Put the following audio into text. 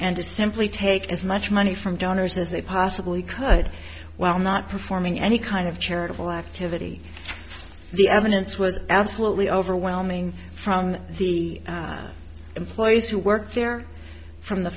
and to simply take as much money from donors as they possibly could while not performing any kind of charitable activity the evidence was absolutely overwhelming from the employees who work there from the